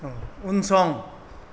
उनसं